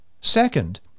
Second